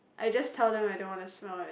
I just tell them I don't want to smell it